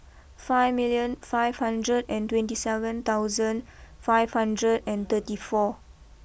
five million five hundred and twenty seven thousand five hundred and thirty four